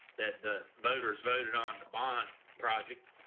that the voters voted on the bond project.